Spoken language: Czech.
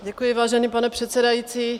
Děkuji, vážený pane předsedající.